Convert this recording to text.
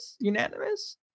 Unanimous